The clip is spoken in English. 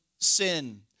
sin